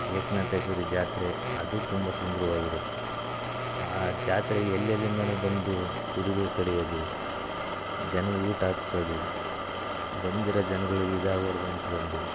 ಏಕನಾಥೇಶ್ವರಿ ಜಾತ್ರೆ ಅದೂ ತುಂಬ ಸುಂದ್ರವಾಗಿರುತ್ತೆ ಆ ಜಾತ್ರೆಗೆ ಎಲ್ಲೆಲ್ಲಿಂದನೋ ಬಂದು ಕುರಿಗಳು ಕಡಿಯೋದು ಜನಗೆ ಊಟ ಹಾಕ್ಸೋದು ಬಂದಿರೋ ಜನ್ಗಳಿಗೆ ಇದಾಗಬಾರ್ದು ಅಂದ್ಕಂಡು